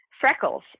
Freckles